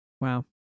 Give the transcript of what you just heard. Wow